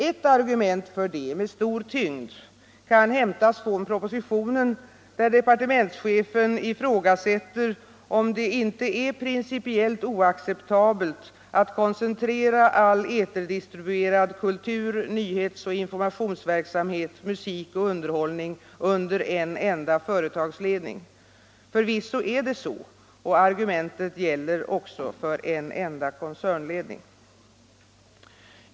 Ett argument härför, med stor tyngd, kan hämtas från propositionen, där departementschefen ifrågasätter om det inte är principiellt oacceptabelt att koncentrera all eterdistribuerad kultur-, nyhets och informationsverksamhet, musik och underhållning under en enda företagsledning. Förvisso är det så, och argumentet gäller även för en enda koncernledning.